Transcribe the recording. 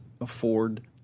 afford